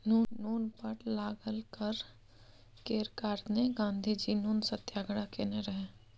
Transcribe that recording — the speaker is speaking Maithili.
नुन पर लागल कर केर कारणेँ गाँधीजी नुन सत्याग्रह केने रहय